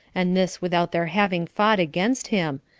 and this without their having fought against him,